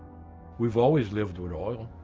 we've always lived with oil